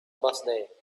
birthday